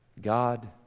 God